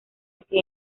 así